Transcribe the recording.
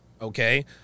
okay